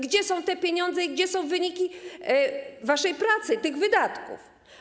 Gdzie są te pieniądze i gdzie są wyniki waszej pracy, tych wydatków?